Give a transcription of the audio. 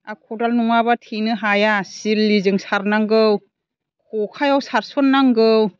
आरो खदाल नङाबा थेनो हाया सिरलिजों सारनांगौ खखायाव सारसननांगौ